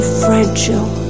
fragile